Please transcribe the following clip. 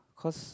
cause